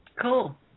Cool